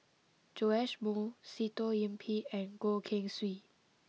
Joash Moo Sitoh Yih Pin and Goh Keng Swee